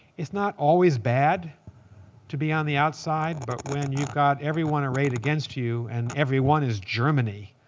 it's not always bad to be on the outside. but when you've got everyone arrayed against you and everyone is germany,